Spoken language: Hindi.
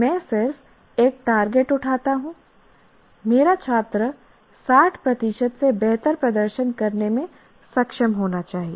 मैं सिर्फ एक टारगेट उठाता हूं मेरा छात्र 60 प्रतिशत से बेहतर प्रदर्शन करने में सक्षम होना चाहिए